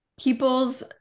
people's